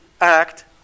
act